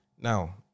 Now